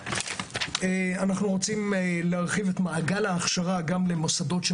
אנחנו רוצים להרחיב את מעגל ההכשרה גם למוסדות,